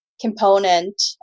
component